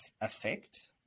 effect